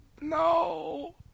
no